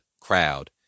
crowd